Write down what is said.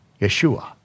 Yeshua